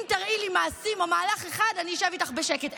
אם תראי לי מעשים או מהלך אחד, אני אשב איתך בשקט.